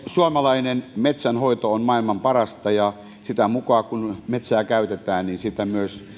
suomalainen metsänhoito on maailman parasta ja sitä mukaa kun metsää käytetään sitä myös